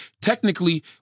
technically